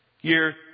Year